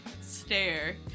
stare